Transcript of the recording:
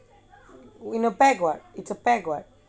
in a pack [what] it's a pack [what]